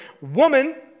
woman